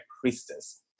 priestess